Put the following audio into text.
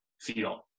feel